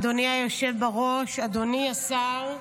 אדוני היושב בראש, אדוני השר,